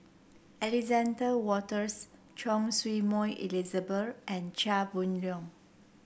Alexander Wolters Choy Su Moi Elizabeth and Chia Boon Leong